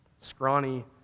scrawny